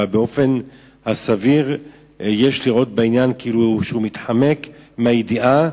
אבל באופן הסביר יש לראות בעניין כאילו שהוא מתחמק מהידיעה,